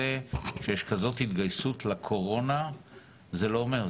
זה שיש התגייסות כזאת לקורונה - זה לא אומר.